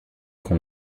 qu’on